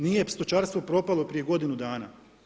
Nije stočarstvo propalo prije godinu dana.